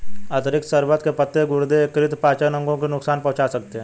अतिरिक्त शर्बत के पत्ते गुर्दे, यकृत और पाचन अंगों को नुकसान पहुंचा सकते हैं